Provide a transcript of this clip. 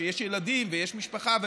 כשיש ילדים ויש משפחה,